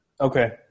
Okay